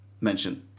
mention